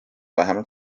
vähemalt